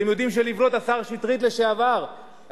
השר לשעבר חבר הכנסת מאיר שטרית,